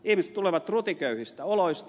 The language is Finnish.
ihmiset tulevat rutiköyhistä oloista